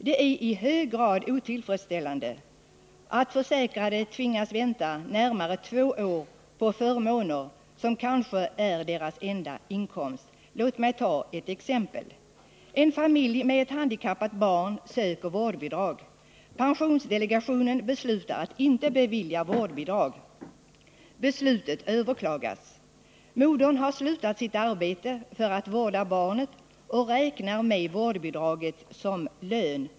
Det är i hög grad otillfredsställande att försäkrade tvingas vänta närmare två år på förmåner som kanske är deras enda inkomst. Låt mig ge ett exempel. En familj med ett handikappat barn söker vårdbidrag. Pensionsdelegationen beslutar att inte bevilja vårdbidrag. Beslutet överklagas. Modern har slutat sitt arbete för att vårda barnet och räknar med vårdbidraget som lön.